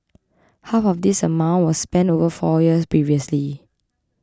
half of this amount was spent over four years previously